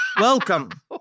Welcome